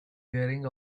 wearing